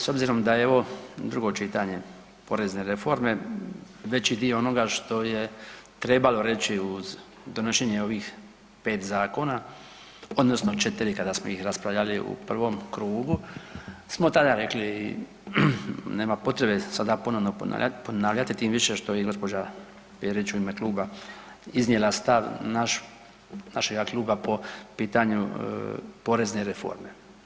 S obzirom da je ovo drugo čitanje porezne reforme, veći dio onoga što je trebalo reći uz donošenje ovih 5 zakona odnosno 4 kada smo ih raspravljali u prvom krugu smo tada rekli nema potrebe sada ponovno ponavljati, tim više što je i gđa. Perić u ime kluba iznijela stav našega kluba po pitanju porezne reforme.